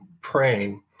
praying